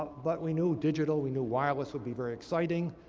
but we knew digital. we knew wireless would be very exciting.